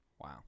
Wow